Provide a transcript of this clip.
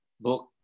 book